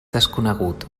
desconegut